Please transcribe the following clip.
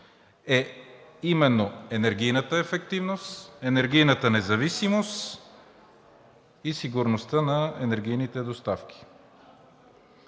е именно енергийната ефективност, енергийната независимост и сигурността на енергийните доставки.